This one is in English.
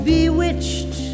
Bewitched